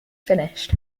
finished